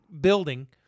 building